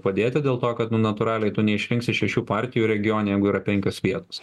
padėti dėl to kad nu natūraliai to neišrinksi šešių partijų regione jeigu yra penkios vietos